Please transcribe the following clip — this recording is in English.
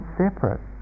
separate